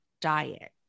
diet